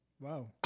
wow